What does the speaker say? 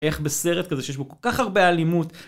איך בסרט כזה שיש בו כל כך הרבה אלימות.